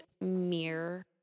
mirror